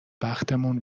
بختمون